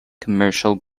commercial